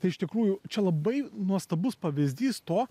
tai iš tikrųjų čia labai nuostabus pavyzdys to